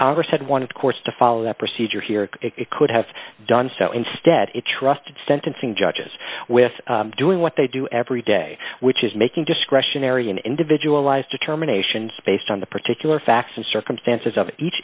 congress had one of course to follow that procedure here it could have done so instead it trusted sentencing judges with doing what they do every day which is making discretionary an individualized determinations based on the particular facts and circumstances of each